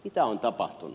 mitä on tapahtunut